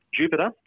Jupiter